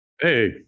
Hey